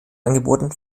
angeboten